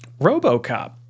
Robocop